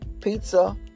pizza